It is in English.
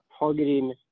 Targeting